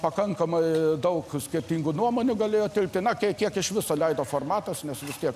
pakankamai daug skirtingų nuomonių galėjo tilpti tiek na kie kiek iš viso leido formatas nes vis tiek